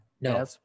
No